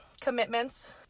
commitments